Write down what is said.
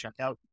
checkout